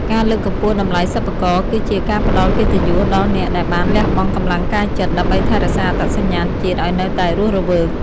ការលើកកម្ពស់តម្លៃសិប្បករគឺជាការផ្ដល់កិត្តិយសដល់អ្នកដែលបានលះបង់កម្លាំងកាយចិត្ត ដើម្បីថែរក្សាអត្តសញ្ញាណជាតិឱ្យនៅតែរស់រវើក។